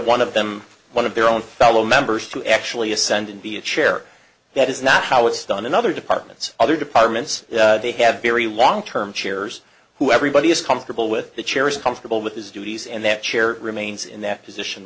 one of them one of their own fellow members to actually ascend and be a chair that is not how it's done in other departments other departments they have very long term chairs who everybody is comfortable with the chair is comfortable with his duties and that chair remains in that position